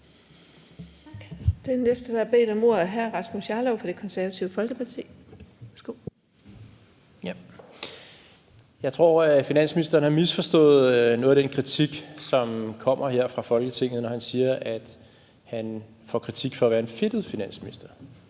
Værsgo. Kl. 17:07 Rasmus Jarlov (KF): Jeg tror, at finansministeren har misforstået noget af den kritik, som kommer her fra Folketinget, når han siger, at han får kritik for at være en fedtet finansminister.